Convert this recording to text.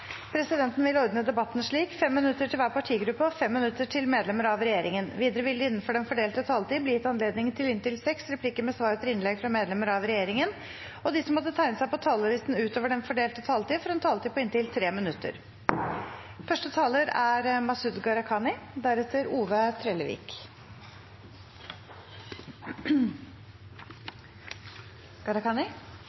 slik: 5 minutter til hver partigruppe og 5 minutter til medlemmer av regjeringen. Videre vil det – innenfor den fordelte taletid – bli gitt anledning til inntil seks replikker med svar etter innlegg fra medlemmer av regjeringen, og de som måtte tegne seg på talerlisten utover den fordelte taletid, får en taletid på inntil 3 minutter. La oss reflektere over følgende: I en tid der landet er